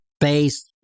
base